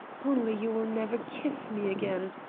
only you will never kiss me again,